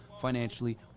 financially